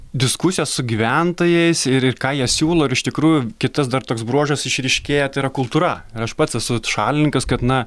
diskusijos su gyventojais ir ir ką jie siūlo ir iš tikrųjų kitas dar toks bruožas išryškėja tai yra kultūra ir aš pats esu šalininkas kad na